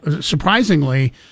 Surprisingly